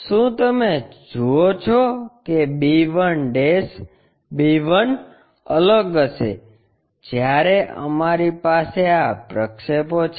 શું તમે જુઓ છો કે b1 b1 અલગ હશે જ્યારે અમારી પાસે આ પ્રક્ષેપો છે